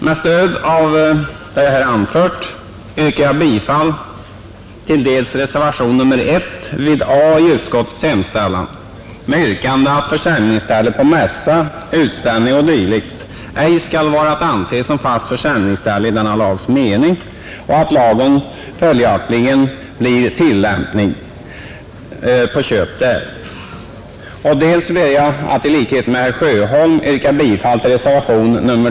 Med stöd av det jag här anfört vill jag yrka dels bifall till reservationen I vid A i utskottets hemställan, innebärande att försäljningsställe på mässa, utställning o. d. ej skall vara att anse som fast försäljningsställe i denna lags mening och att lagen följaktligen blir